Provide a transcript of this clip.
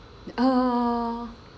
uh